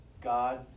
God